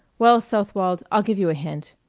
well, southwold, i'll give you a hint.